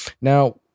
Now